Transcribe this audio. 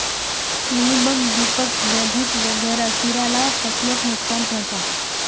mealybug, दीमक, बेधक वगैरह कीड़ा ला फस्लोक नुक्सान पहुंचाः